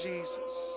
Jesus